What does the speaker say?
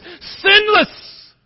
sinless